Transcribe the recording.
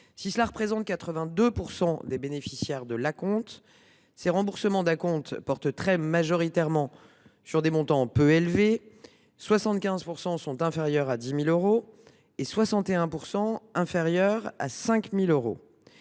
Si cela concerne 82 % des bénéficiaires de l’acompte, ces remboursements d’acomptes portent très majoritairement sur des montants peu élevés : 75 % sont inférieurs à 10 000 euros et 61 % à 5 000 euros.